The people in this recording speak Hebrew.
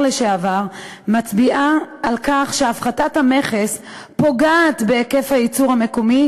לשעבר מצביעה על כך שהפחתת המכס פוגעת בהיקף הייצור המקומי,